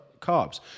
carbs